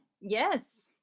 Yes